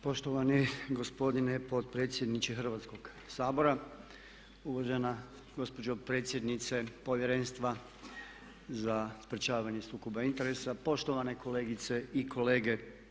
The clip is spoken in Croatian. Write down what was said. Poštovani gospodine potpredsjedniče Hrvatskoga sabora, uvažena gospođo predsjednice Povjerenstva za sprječavanje sukoba interesa, poštovane kolegice i kolege.